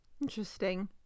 interesting